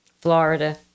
Florida